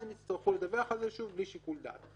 אז הם יצטרכו לדווח על זה בלי שיקול דעת.